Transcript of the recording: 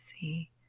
see